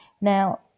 Now